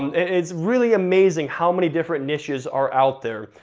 it's really amazing how many different niches are out there.